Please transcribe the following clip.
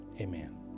Amen